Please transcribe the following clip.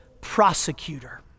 prosecutor